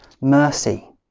mercy